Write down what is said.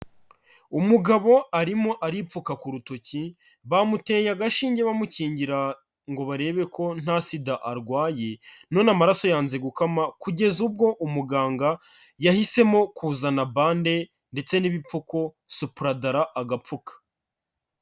Umugabo arimo aripfuka ku rutoki, bamuteye agashinge bamukingira ngo barebe ko nta SIDA arwaye none amaraso yanze gukama, kugeza ubwo umuganga yahisemo kuzana bande ndetse n'ibipfuko supuradara agapfuka.